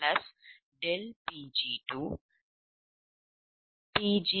சரி அதனால்PLossPlossPg20∆Pg2Pg30∆Pg3